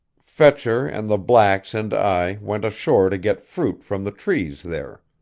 fetcher, and the blacks and i went ashore to get fruit from the trees there.